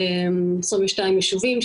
22 ישובים,